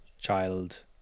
child